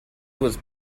was